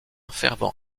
fervent